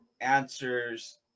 answers